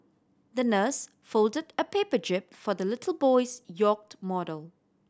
the nurse folded a paper jib for the little boy's yacht model